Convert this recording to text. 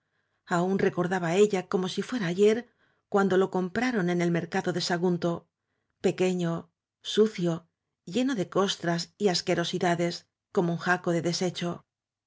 aún recordaba ella como si fuera ayer cuando lo compraron en el mercado de sagunto pequeño sucio lle no de costras y asquerosidades como un jaco de desecho